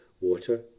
water